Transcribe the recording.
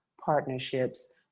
partnerships